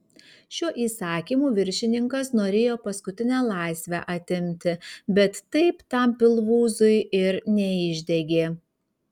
šiuo įsakymu viršininkas norėjo paskutinę laisvę atimti bet taip tam pilvūzui ir neišdegė